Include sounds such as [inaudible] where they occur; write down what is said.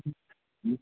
[unintelligible]